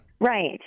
Right